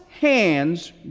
hands